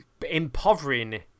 impovering